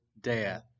death